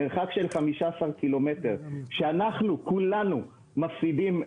מרחק של 15 קילומטר שאנחנו כולנו מפסידים,